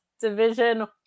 division